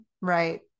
right